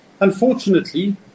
Unfortunately